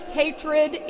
hatred